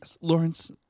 Lawrence